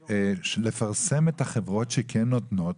לפרסם את החברות שכן נותנות